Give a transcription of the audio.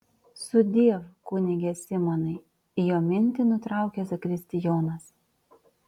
sudiev kunige simonai jo mintį nutraukia zakristijonas